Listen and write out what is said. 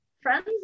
friends